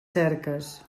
cerques